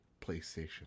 playstation